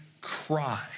cry